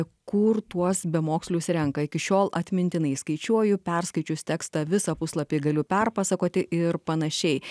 kur tuos bemokslius renka iki šiol atmintinai skaičiuoju perskaičius tekstą visą puslapį galiu perpasakoti ir panašiai